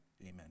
Amen